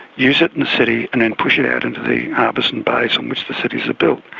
use it in the city and then push it out into the harbours and bays on which the cities are built.